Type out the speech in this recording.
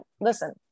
listen